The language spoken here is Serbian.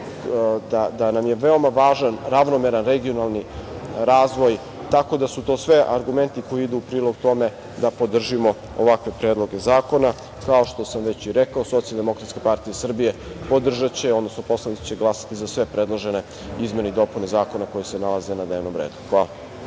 da nam je veoma važan ravnomeran regionalni razvoj, tako da su to sve argumenti koji idu u prilog tome da podržimo ovakve predloge zakona. Kao što sam već i rekao, SDPS podržaće, odnosno poslanici će glasati za sve predložene izmene i dopune zakona koji se nalaze na dnevnom redu. Hvala.